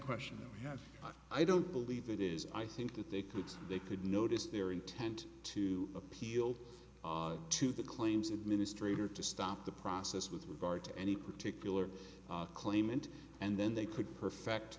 o i don't believe it is i think that they could they could notice their intent to appeal to the claims administrator to stop the process with regard to any particular claimant and then they could perfect